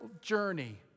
journey